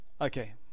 Okay